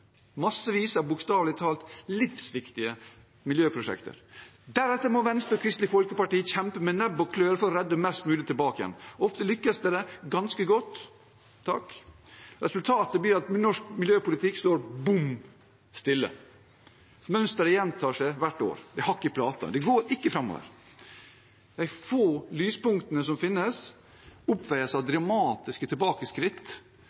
massevis av bokstavelig talt livsviktige miljøprosjekter. Deretter må Venstre og Kristelig Folkeparti kjempe med nebb og klør for å redde mest mulig tilbake igjen. Ofte lykkes det ganske godt – takk. Men resultatet blir at norsk miljøpolitikk står bom stille. Mønsteret gjentar seg hvert år. Det er hakk i plata. Det går ikke framover. De få lyspunktene som finnes, oppveies av